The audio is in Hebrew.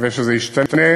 נקווה שזה ישתנה.